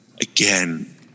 again